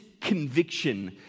conviction